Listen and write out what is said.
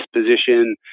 position